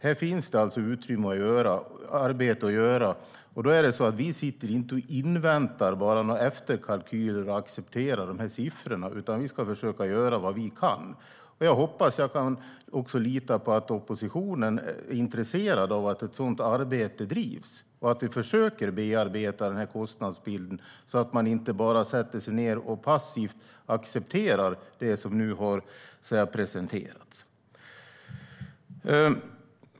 Här finns alltså arbete att göra, och då sitter vi inte bara och inväntar några efterkalkyler och accepterar dessa siffror, utan vi ska försöka göra vad vi kan. Jag hoppas också att jag kan lita på att oppositionen är intresserad av att ett sådant arbete drivs och att vi försöker bearbeta den här kostnadsbilden. Man kan inte bara sätta sig ned och passivt acceptera det som nu har presenterats.